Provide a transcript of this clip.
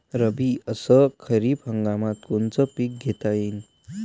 रब्बी अस खरीप हंगामात कोनचे पिकं घेता येईन?